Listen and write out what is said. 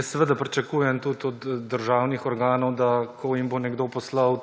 Seveda pričakujem tudi od državnih organov, da ko jim bo nekdo poslal